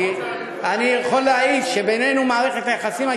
כי אני יכול להעיד שמערכת היחסים בינינו